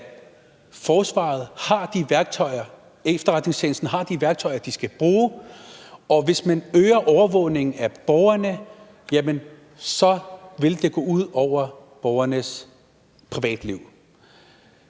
at efterretningstjenesten har de værktøjer, de skal bruge, og hvis man øger overvågningen af borgerne, vil det gå ud over borgernes privatliv.